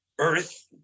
Earth